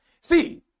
See